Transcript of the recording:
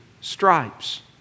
stripes